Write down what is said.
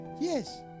yes